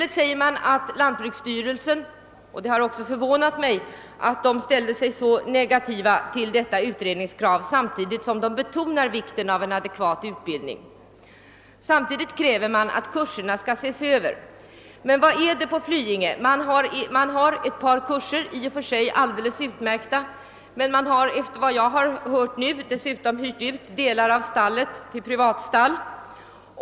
Det förvånar mig att lantbruksstyrelsen ställt sig så negativ till detta utredningskrav samtidigt som man betonat vikten av en adekvat utbildning. Samtidigt kräver man att kurserna på Flyinge skall ses över. På Flyinge har man visserligen ett par i och för sig utmärkta kurser, men man har där nere inga möjligheter att ordna en riksomfattande utbildning.